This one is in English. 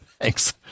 thanks